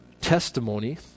testimony